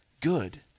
good